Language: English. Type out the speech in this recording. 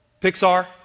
Pixar